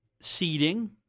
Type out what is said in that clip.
seeding